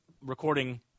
recording